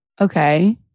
Okay